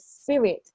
spirit